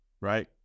right